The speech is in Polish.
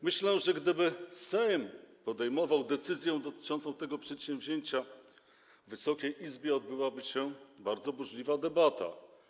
Myślę, że gdyby Sejm podejmował decyzję dotyczącą tego przedsięwzięcia, w Wysokiej Izbie odbyłaby się bardzo burzliwa debata.